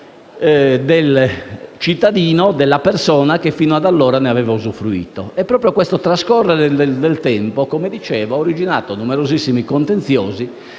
dei cittadini e delle persone che fino ad allora ne avevano usufruito. Proprio questo trascorrere del tempo, come dicevo, ha originato numerosissimi contenziosi